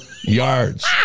yards